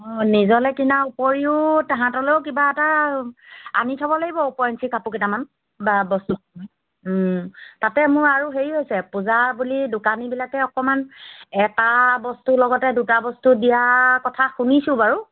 অ নিজলৈ কিনাৰ উপৰিও তাহাঁতলেও কিবা এটা আনি থ'ব লাগিব ওপৰঞ্চি কাপোৰ কেইটামান বা বস্তু ওম তাতে মোৰ আৰু হেৰি হৈছে পূজা বুলি দোকানীবিলাকে অকণমান এটা বস্তুৰ লগতে দুটা বস্তু দিয়াৰ কথা শুনিছোঁ বাৰু